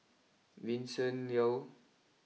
Vincent Leow